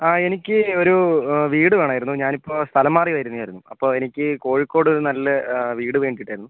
ആ എനിക്ക് ഒരു വീട് വേണമായിരുന്നു ഞാൻ ഇപ്പം സ്ഥലം മാറി വരുന്നത് ആയിരുന്നു അപ്പം എനിക്ക് കോഴിക്കോട് ഒരു നല്ല വീട് വേണ്ടിയിട്ട് ആയിരുന്നു